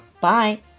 Bye